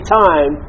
time